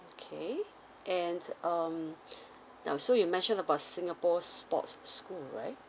okay and um now so you mention about singapore sports school right